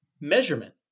measurement